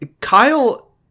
Kyle